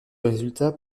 résultat